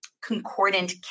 concordant